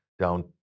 down